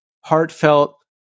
heartfelt